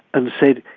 and said,